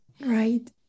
right